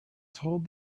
told